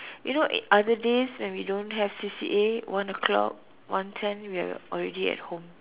you know uh other days when we don't have C_C_A one o-clock one ten we are already at home